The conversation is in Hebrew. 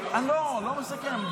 לא מסכם.